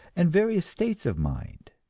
and various states of mind.